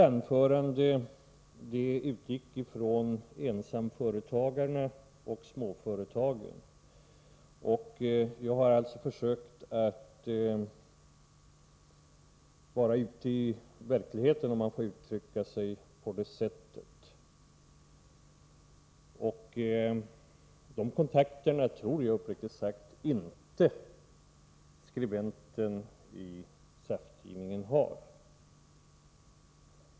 Jag utgick i mitt anförande från ensamföretagarna och småföretagen, och jag har alltså försökt att vara ute i verkligheten, om man får uttrycka sig på det sättet. De kontakterna tror jag uppriktigt sagt inte att skribenten i SAF-tidningen har.